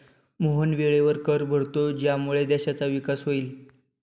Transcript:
मोहन वेळेवर कर भरतो ज्यामुळे देशाचा विकास होईल